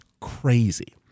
crazy